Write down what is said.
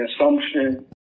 assumption